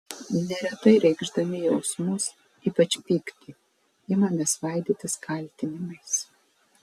neretai reikšdami jausmus ypač pyktį imame svaidytis kaltinimais